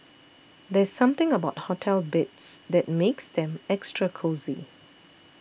there's something about hotel beds that makes them extra cosy